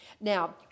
Now